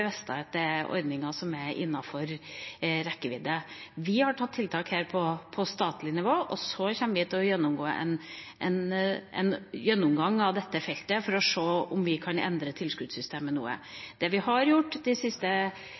det er ordninger som er innenfor rekkevidde. Vi har hatt tiltak på statlig nivå, og så kommer vi til å ha en gjennomgang av dette feltet for å se om vi kan endre tilskuddssystemet noe. Det vi har gjort de siste